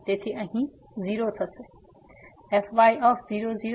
તેથી આ અહીં 0 છે